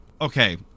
okay